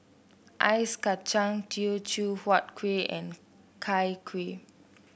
Ice Kachang Teochew Huat Kueh and Chai Kuih